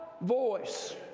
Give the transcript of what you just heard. voice